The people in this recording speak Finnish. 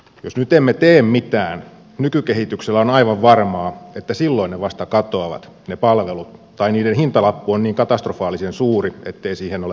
jos nyt emme tee mitään nykykehityksellä on aivan varmaa että silloin ne palvelut vasta katoavat tai niiden hintalappu on niin katastrofaalisen suuri ettei niihin ole varaa